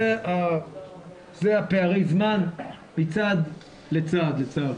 אלה פערי הזמן מצעד לצעד לצערי.